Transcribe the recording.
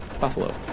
Buffalo